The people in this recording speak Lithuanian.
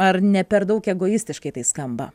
ar ne per daug egoistiškai tai skamba